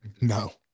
No